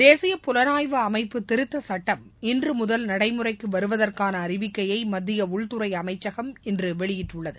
தேசிய புலனாய்வு அமைப்பு திருத்த சட்டம் இன்று முதல் நடைமுறைக்கு வருவதற்கான அறிவிக்கையை மத்திய உள்துறை அமைச்சகம் இன்று வெளியிட்டுள்ளது